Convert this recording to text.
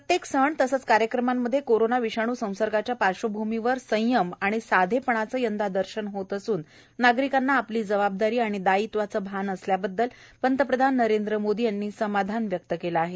प्रत्येक सण तसंच कार्यक्रमांमध्ये कोरोना विषाणू संसर्गाच्या पार्श्वभूमीवर संयम आणि साधेपणाचं यंदा दर्शन होत असून नागरिकांना आपली जबाबदारी दायित्वाचं भान असल्याबद्दल पंतप्रधान नरेंद्र मोदी यांनी समाधान व्यक्त केलं आहे